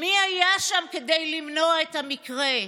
מי היה שם כדי למנוע את המקרה?